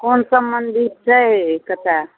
कोन सम्बन्धित छै कतए